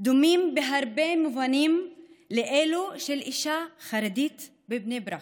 דומים בהרבה מובנים לאלו של אישה חרדית בבני ברק.